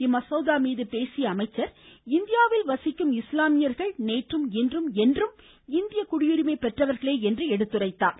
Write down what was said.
இம்மசோதா மீது பேசியஅவர் இந்தியாவில் வசிக்கும் இஸ்லாமியர்கள் நேற்றும் இன்றும் என்றும் இந்திய குடியுரிமை பெற்றவர்களே என்று எடுத்துரைத்தார்